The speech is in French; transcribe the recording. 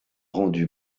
rendu